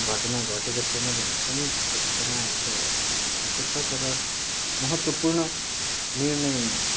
घटना घटेको छैन भन्दा पनि त्यस्तो घटनाहरू त भएको छ तर महत्त्वपूर्ण निर्णय